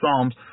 Psalms